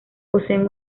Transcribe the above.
poseen